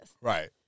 right